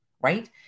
right